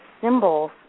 symbols